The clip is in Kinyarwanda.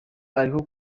ariho